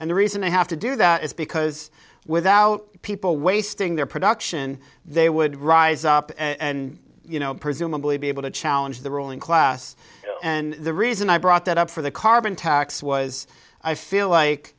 and the reason they have to do that is because without people wasting their production they would rise up and you know presumably be able to challenge the ruling class and the reason i brought that up for the carbon tax was i feel like